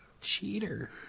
Cheater